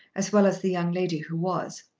as well as the young lady who was.